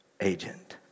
agent